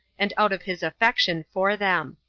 and out of his affection for them.